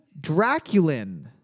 draculin